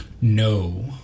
No